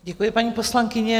Děkuji, paní poslankyně.